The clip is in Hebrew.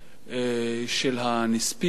של הנספים,